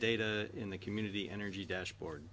data in the community energy dashboard